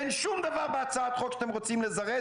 אין שום דבר בהצעת החוק שאתם רוצים לזרז